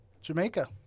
Jamaica